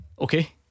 Okay